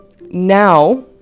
now